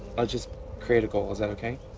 i'll just create a goal. is that okay?